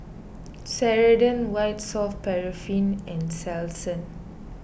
Ceradan White Soft Paraffin and Selsun